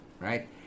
Right